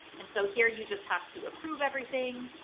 and so here you just have to approve everything.